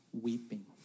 weeping